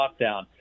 lockdown